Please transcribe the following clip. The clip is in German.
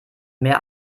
mehr